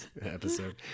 episode